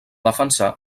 defensar